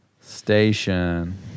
Station